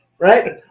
Right